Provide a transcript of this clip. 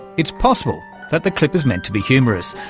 it's possible that the clip is meant to be humorous,